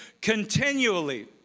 continually